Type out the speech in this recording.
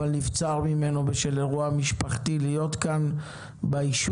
אבל נבצר ממנו בשל אירוע משפחתי להיות כאן באישור,